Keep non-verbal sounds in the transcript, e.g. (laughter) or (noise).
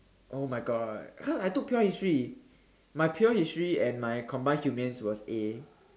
oh my God (laughs) I took pure history my pure history and my combined humans was A